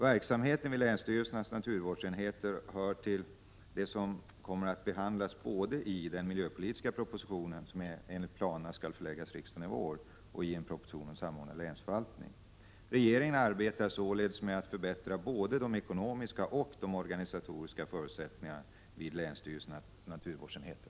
Verksamheten vid länsstyrelsernas naturvårdsenheter hör till det som kommer att behandlas både i den miljöpolitiska proposition som enligt planerna skall föreläggas riksdagen i vår och i en proposition om samordnad länsförvaltning. Regeringen arbetar således med att förbättra både de ekonomiska och de organisatoriska förutsättningarna vid länsstyrelsernas naturvårdsenheter.